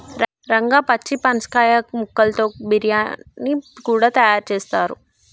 రంగా పచ్చి పనసకాయ ముక్కలతో బిర్యానీ కూడా తయారు చేస్తారు